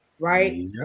Right